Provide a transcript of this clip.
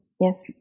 Yes